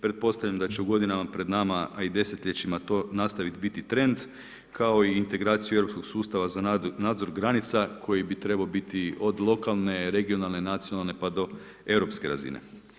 Pretpostavljam da će u godinama pred nama, a i desetljećima to nastaviti biti trend, kao integraciju europskog sustava za nadzor granica koji bi trebao biti od lokalne, regionalne, nacionalne, pa do europske razine.